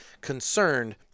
concerned